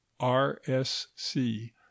RSC